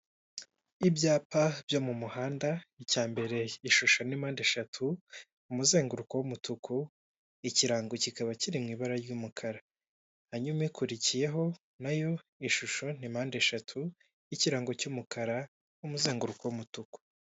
Ibyapa byo mu muhanda, icyambere ishusho ni mpande eshatu, umuzenguruko w'umutuku, ikirango kikaba kiri mu ibara ry'umukara. Hanyuma ikurikiyeho na yo ishusho ni mpande eshatu n'ikirango cy'umukara n'umuzenguruko w'umutuku.